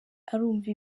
arumva